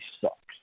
sucks